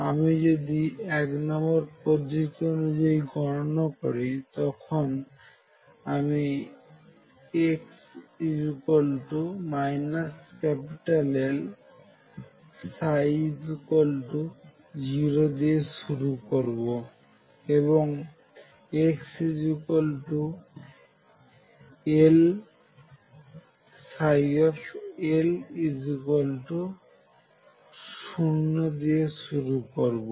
আমি যদি এক নম্বর পদ্ধতি অনুযায়ী গণনা করি তখন আমি x L ψ0 দিয়ে শুরু করবো এবং xL L0 পর্যন্ত গননা করবো